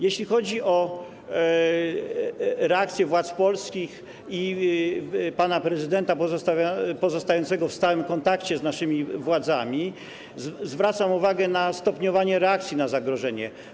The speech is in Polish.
Jeśli chodzi o reakcję władz polskich i pana prezydenta pozostającego w stałym kontakcie z naszymi władzami, to zwracam uwagę na stopniowanie tej reakcji na zagrożenie.